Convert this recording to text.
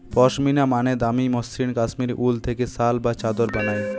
পশমিনা মানে দামি মসৃণ কাশ্মীরি উল থেকে শাল বা চাদর বানায়